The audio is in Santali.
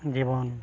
ᱡᱮᱢᱚᱱ